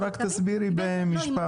רק תסבירי במשפט.